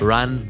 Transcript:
Run